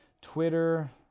Twitter